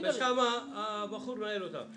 ושמה הבחור מנהל אותם.